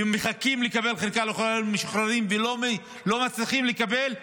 מחכים לקבל חלקה לחיילים משוחררים ולא מצליחים לקבל,